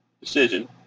decision